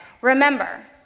remember